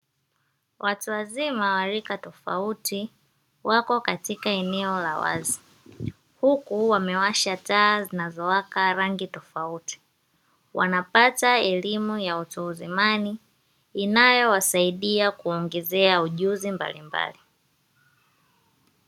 Watu wazima wa rika tofauti wapo katika eneo la wazi huku wamewasha taa zinazowaka rangi tofauti, wanapata elimu ya utu uzimani inayowasaidia kuongezea ujuzi mbalimbali.